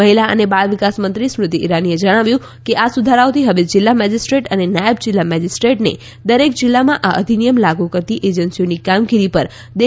મહિલા અને બાળ વિકાસ મંત્રી સ્મૃતિ ઈરાનીએ જણાવ્યું કે આ સુધારાઓથી હવે જિલ્લા મેજિસ્ટ્રેટ્સ અને નાયબ જિલ્લા મેજિસ્ટ્રેટ્સને દરેક જિલ્લામાં આ અધિનિયમ લાગુ કરતી એજન્સીઓની કામગીરી પર દેખરેખનો અધિકાર મળે છે